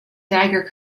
dagger